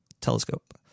telescope